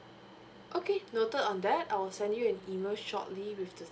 okay noted on that I'll send you an email shortly with the